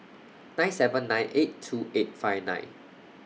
nine seven nine eight two eight five nine